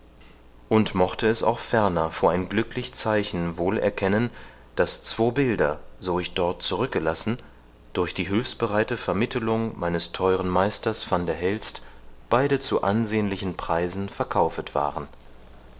und mochte es auch ferner vor ein glücklich zeichen wohl erkennen daß zwo bilder so ich dort zurückgelassen durch die hilfsbereite vermittelung meines theueren meisters van der helst beide zu ansehnlichen preisen verkaufet waren